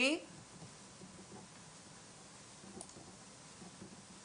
אנחנו עוברים הלאה לליאת בכר,